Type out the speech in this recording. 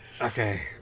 Okay